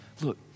look